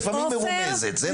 לפעמים מרומזת זה נכון.